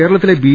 കേരളത്തിലെ ബി